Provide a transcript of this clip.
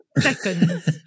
seconds